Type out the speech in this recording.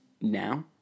now